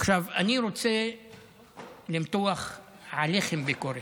עכשיו, אני רוצה למתוח עליכם ביקורת,